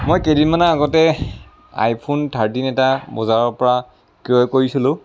মই কেইদিনমানৰ আগতে আইফোন থাৰ্টিন এটা বজাৰৰ পৰা ক্ৰয় কৰিছিলোঁ